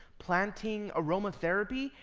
planting, aromatherapy.